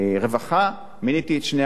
הרווחה, מיניתי את שני המנכ"לים.